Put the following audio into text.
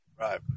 Right